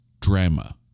drama